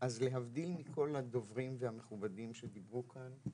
אז להבדיל מכל הדוברים והמכובדים שדיברו כאן,